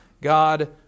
God